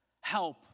help